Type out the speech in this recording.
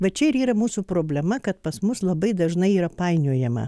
va čia ir yra mūsų problema kad pas mus labai dažnai yra painiojama